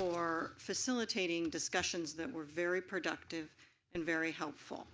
for facilitating discussions that were very productive and very helpful.